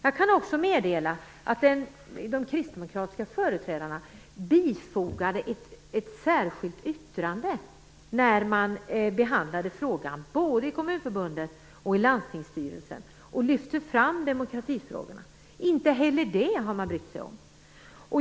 Jag kan också meddela att de kristdemokratiska företrädarna bifogade ett särskilt yttrande och lyfte fram demokratifrågorna när ärendet behandlades både i kommunförbunden och i landstingsstyrelsen. Inte heller det har man brytt sig om.